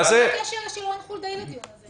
מה הקשר של רון חולדאי לדיון הזה?